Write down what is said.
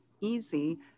easy